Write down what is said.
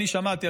אני שמעתי,